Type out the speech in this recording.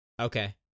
Okay